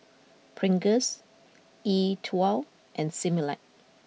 Pringles E Twow and Similac